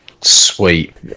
Sweet